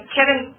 Kevin